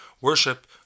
worship